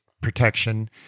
protection